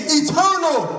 eternal